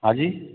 हांजी